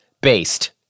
Based